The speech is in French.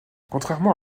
contrairement